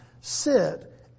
sit